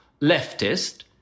leftist